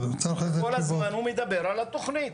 כל הזמן הוא מדבר על התכנית,